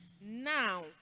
now